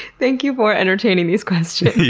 thank you for entertaining these questions.